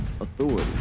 authority